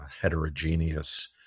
heterogeneous